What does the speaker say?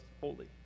holy